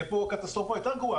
תהיה פה קטסטרופה יותר גרועה.